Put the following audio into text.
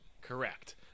Correct